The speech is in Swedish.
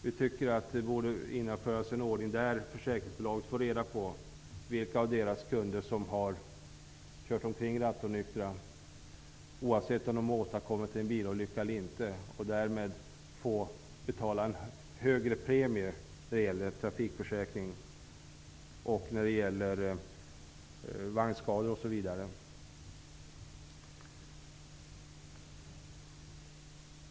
Vi tycker att det bör införas en ordning där försäkringsbolagen får reda på vilka av deras kunder som har kört omkring rattonyktra, oavsett om de förorsakat en bilolycka eller inte. Därmed skulle dessa förare få betala en högre premie för trafikförsäkring och vagnskadeförsäkring. Fru talman!